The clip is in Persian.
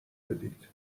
بدید